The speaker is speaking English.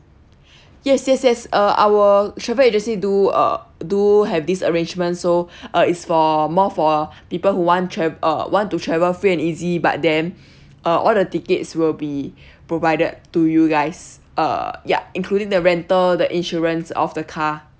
yes yes yes uh our travel agency do uh do have this arrangement so uh is for more for people who want tra~ uh want to travel free and easy but then uh all the tickets will be provided to you guys uh ya including the rental the insurance of the car